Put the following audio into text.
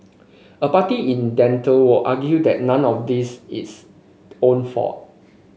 a party in dental would argue that none of this is own fault